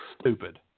stupid